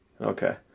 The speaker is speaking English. Okay